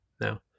now